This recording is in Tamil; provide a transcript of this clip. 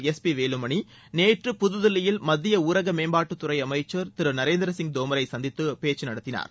எஸ் பி வேலுமணி நேற்று புதுதில்லியில் மத்திய ஊரக மேம்பாட்டுத்துறை அமைச்சர் திரு நரேந்திர சிங் தோமரை நேற்று சந்தித்து பேசினார்